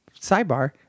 sidebar